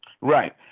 Right